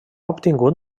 obtingut